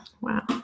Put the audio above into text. Wow